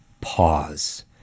pause